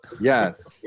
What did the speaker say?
Yes